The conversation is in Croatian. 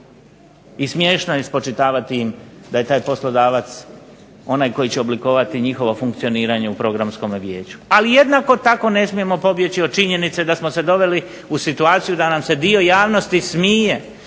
I smiješno je spočitavati im da je taj poslodavac onaj koji će oblikovati njihovo funkcioniranje u Programskome vijeću. Ali jednako tako ne smijemo pobjeći od činjenice da smo se doveli u situaciju da nam se dio javnosti smije